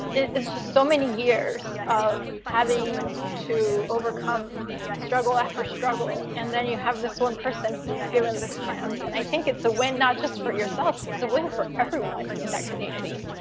is just so many years of having to overcome struggle after struggle. and then you have this one person who is given this chance. and i think it's a win not just for yourself, it's a win for everyone in that community.